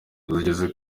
yigeze